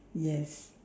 yes